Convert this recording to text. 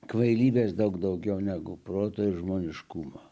kvailybės daug daugiau negu proto ir žmoniškumo